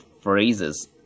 phrases